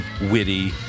witty